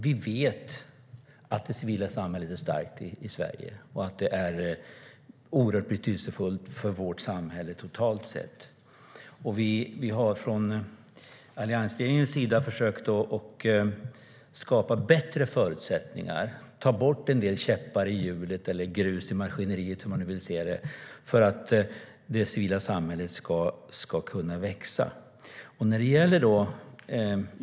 Vi vet att det civila samhället är starkt i Sverige och att det är oerhört betydelsefullt för vårt samhälle totalt sett. Vi försökte från alliansregeringens sida skapa bättre förutsättningar och ta bort en del käppar i hjulet, grus i maskineriet eller hur man nu vill se det, för att det civila samhället ska kunna växa.